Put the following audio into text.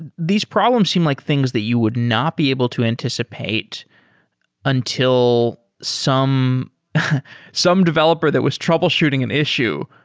and these problems seem like things that you would not be able to anticipate until some some developer that was troubleshooting an issue,